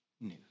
news